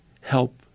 help